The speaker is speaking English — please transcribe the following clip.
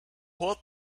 what